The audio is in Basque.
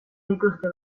dituzte